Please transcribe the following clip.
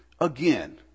Again